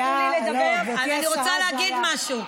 עד שלא ייתנו לי לדבר, אני רוצה להגיד משהו.